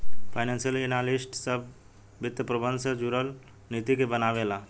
financial analyst सभ वित्त प्रबंधन से जुरल नीति के बनावे ला